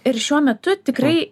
ir šiuo metu tikrai